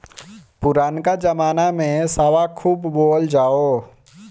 पुरनका जमाना में सावा खूब बोअल जाओ